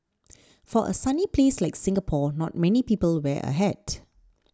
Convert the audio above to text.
for a sunny place like Singapore not many people wear a hat